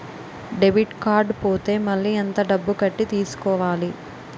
Debit card పోతే మళ్ళీ ఎంత డబ్బు కట్టి తీసుకోవాలి?